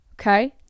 Okay